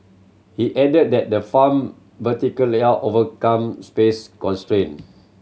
he added that the farm vertical layout overcomes space constraint